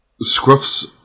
Scruff's